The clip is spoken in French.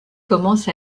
commence